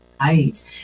right